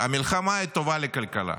המלחמה היא טובה לכלכלה.